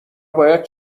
باید